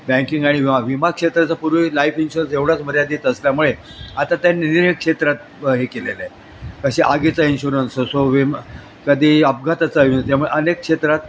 banking आणि विमा विमा क्षेत्राचं पूर्वी लाईफ इन्शुरन्स एवढच मर्यादित असल्यामुळे आता त्या क्षेत्रात हे केलेलं आहे असे आगीचा इन्शुरन्स असो विमा कधी अपघाताचा त्यामुळे अनेक क्षेत्रात